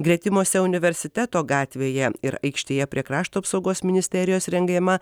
gretimose universiteto gatvėje ir aikštėje prie krašto apsaugos ministerijos rengiama